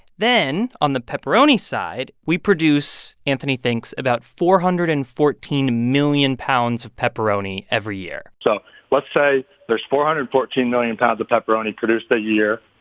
then on the pepperoni side, we produce, anthony thinks, about four hundred and fourteen million pounds of pepperoni every year so let's say there's four hundred and fourteen million pounds of pepperoni produced a year.